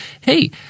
Hey